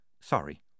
sorry